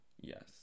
Yes